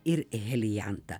ir helijantą